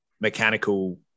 mechanical